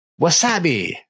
Wasabi